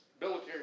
military